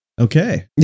Okay